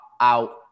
out